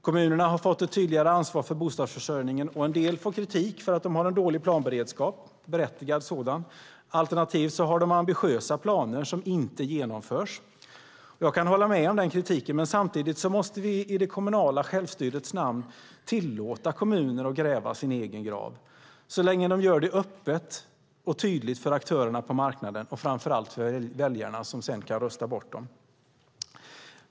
Kommunerna har fått ett tydligare ansvar för bostadsförsörjningen och en del får berättigad kritik för att de har en dålig planberedskap. Alternativt har de ambitiösa planer som inte genomförs. Jag kan hålla med om den kritiken, men samtidigt måste vi i det kommunala självstyrets namn tillåta kommuner att "gräva sin egen grav", så länge de gör det öppet och tydligt för aktörerna på marknaden och framför allt för väljarna, som sedan kan rösta bort dem.